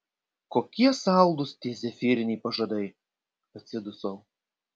kokie saldūs tie zefyriniai pažadai atsidusau